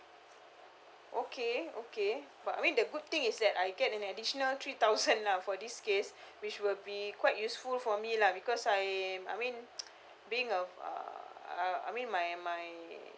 okay okay but I mean the good thing is that I get an additional three thousand lah for this case which will be quite useful for me lah because I I mean being uh uh uh I mean my my